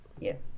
Yes